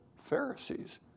Pharisees